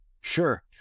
Sure